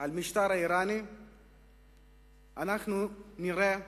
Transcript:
על המשטר האירני אנחנו נראה,